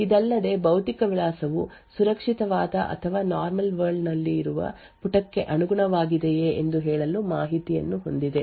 ಇದಲ್ಲದೆ ಭೌತಿಕ ವಿಳಾಸವು ಸುರಕ್ಷಿತವಾದ ಅಥವಾ ನಾರ್ಮಲ್ ವರ್ಲ್ಡ್ ನಲ್ಲಿ ಇರುವ ಪುಟಕ್ಕೆ ಅನುಗುಣವಾಗಿದೆಯೇ ಎಂದು ಹೇಳಲು ಮಾಹಿತಿಯನ್ನು ಹೊಂದಿದೆ